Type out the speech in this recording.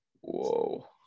Whoa